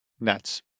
Nets